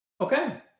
Okay